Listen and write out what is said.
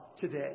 today